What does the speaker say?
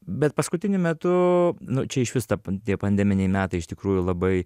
bet paskutiniu metu nu čia išvis ta tie pandeminiai metai iš tikrųjų labai